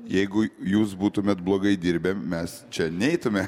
jeigu jūs būtumėte blogai dirbę mes čia neitumėme